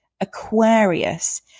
Aquarius